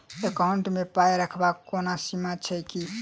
Account मे पाई रखबाक कोनो सीमा छैक की?